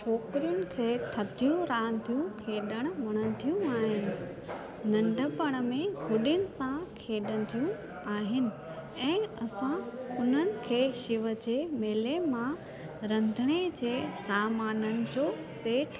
छोकिरियुनि खे थदियूं रांदियूं खेॾणु वणंदियूं आहिनि नंढपिण में गुॾियुनि सां खेॾंदियूं आहिनि ऐं असां उन्हनि खे शिव जे मेले मां रंधिणे जे सामाननि जो सेट